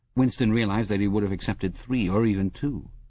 winston realized that he would have accepted three or even two.